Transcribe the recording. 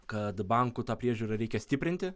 kad bankų tą priežiūrą reikia stiprinti